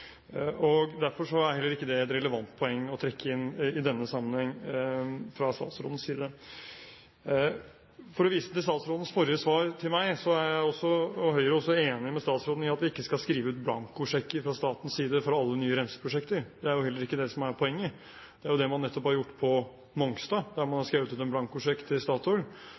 Derfor er heller ikke det et relevant poeng å trekke inn i denne sammenheng fra statsrådens side. For å vise til statsrådens forrige svar til meg er jeg og Høyre også enig med statsråden i at vi ikke skal skrive ut blankosjekker fra statens side for alle nye renseprosjekter. Det er jo heller ikke det som er poenget. Det er jo det man nettopp har gjort på Mongstad, der man har skrevet ut en blankosjekk til Statoil.